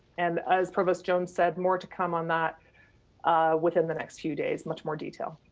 and as provost jones said, more to come on that within the next few days, much more detail.